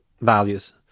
values